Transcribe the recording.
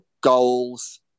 Goals